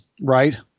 Right